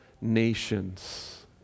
nations